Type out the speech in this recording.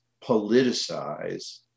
politicize